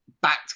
back